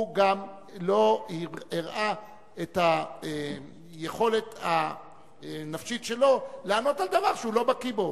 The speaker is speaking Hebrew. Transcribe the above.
הוא גם לא הראה את היכולת הנפשית שלו לענות על דבר שהוא לא בקי בו,